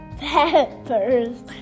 peppers